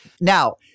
Now